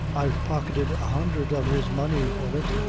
i've pocketed a hundred of his money for it,